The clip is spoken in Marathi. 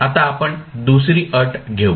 आता आपण दुसरी अट घेऊ